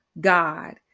God